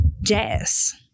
Jazz